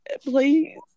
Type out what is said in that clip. Please